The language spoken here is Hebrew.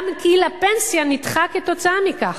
גם גיל הפנסיה נדחה כתוצאה מכך.